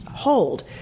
hold